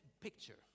picture